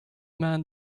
man